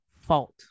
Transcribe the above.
fault